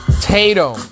Tatum